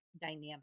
dynamic